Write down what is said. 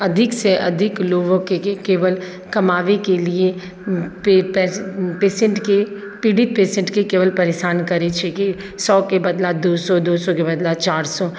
अधिकसँ अधिक लोगोँके केवल कमाबैके लिए पेशेंटके फी पेशेंटके केवल परेशान करै छै कि सएके बदला दू सए दू सएके बदला चारि सए